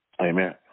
Amen